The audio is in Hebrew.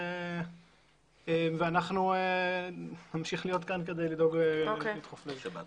אנחנו נמשיך כדי להמשיך ולדחוף לזה.